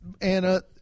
Anna